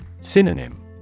Synonym